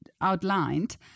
outlined